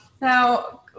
Now